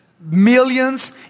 Millions